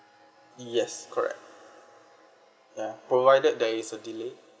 yes correct ya provided there is a delay